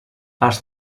els